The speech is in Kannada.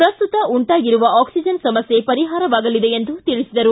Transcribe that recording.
ಪ್ರಸ್ತುತ ಉಂಟಾಗಿರುವ ಆಕ್ಷಿಜನ್ ಸಮಸ್ಥೆ ಪರಿಹಾರವಾಗಲಿದೆ ಎಂದು ತಿಳಿಸಿದರು